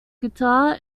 guitar